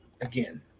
Again